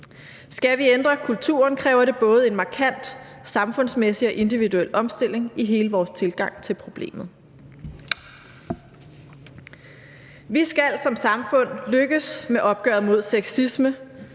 Skal vi ændre kulturen, kræver det både en markant samfundsmæssig og individuel omstilling i hele vores tilgang til problemet. Vi skal som samfund lykkes med opgøret mod sexisme,